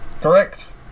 Correct